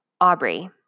Aubrey